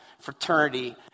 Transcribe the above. fraternity